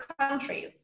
countries